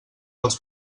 als